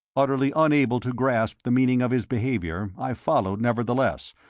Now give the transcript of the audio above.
utterly unable to grasp the meaning of his behaviour, i followed, nevertheless,